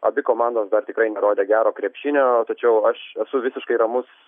abi komandos dar tikrai nerodė gero krepšinio tačiau aš esu visiškai ramus